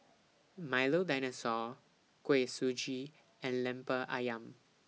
Milo Dinosaur Kuih Suji and Lemper Ayam